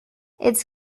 its